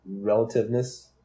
relativeness